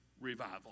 revival